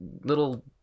little